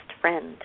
friend